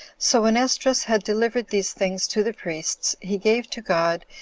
so when esdras had delivered these things to the priests, he gave to god,